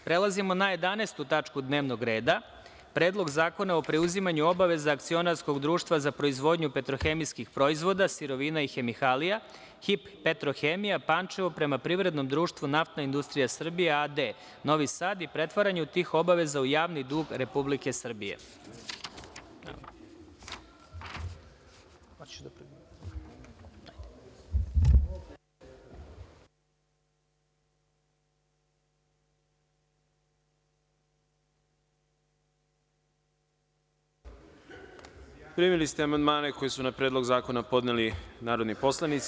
Prelazimo na 11. tačku dnevnog reda – PREDLOG ZAKONA O PREUZIMANJU OBAVEZA AKCIONARSKOG DRUŠTVA ZA PROIZVODNJU PETROHEMIJSKIH PROIZVODA, SIROVINA I HEMIKALIJA „HIP-PETROHEMIJA“ PANČEVO PREMA PRIVREDNOM DRUŠTVU „NAFTNA INDUSTRIJA SRBIJE“ A.D. NOVI SAD I PRETVARANJU TIH OBAVEZA U JAVNI DUG REPUBLIKE SRBIJE Primili ste amandmane koje su na Predlog zakona podneli narodni poslanici.